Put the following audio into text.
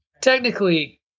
technically